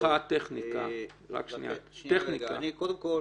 שנייה כבודו.